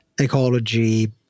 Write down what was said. ecology